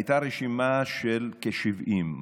הייתה רשימה של כ-70,